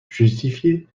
justifiée